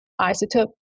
isotope